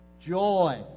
joy